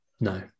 No